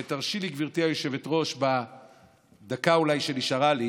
גברתי היושבת-ראש, תרשי לי בדקה שנשארה לי